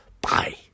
bye